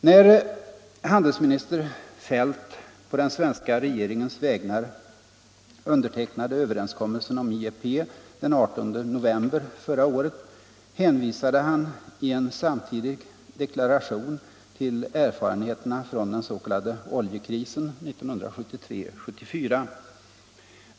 När handelsminister Feldt på den svenska regeringens vägnar undertecknade överenskommelsen om IEP den 18 november 1974, hänvisade han i en samtidig deklaration till erfarenheterna från den s.k. oljekrisen 1973-1974.